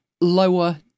lower